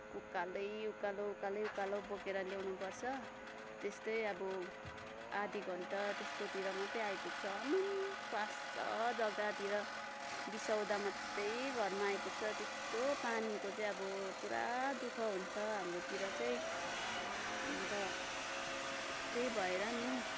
उकालै उकालो उकालै उकालो बोकेर ल्याउनुपर्छ त्यस्तै अब आधी घन्टा त्यस्तोतिर मात्रै आइपुग्छ उममम पाँच छ जग्गातिर बिसाउँदा मात्रै घरमा आइपुग्छ त्यस्तो पानीको चाहिँ अब पुरा दुःख हुन्छ हाम्रोतिर चाहिँ अन्त त्यही भएर नि